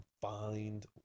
Find